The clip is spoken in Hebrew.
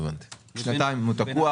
מחכים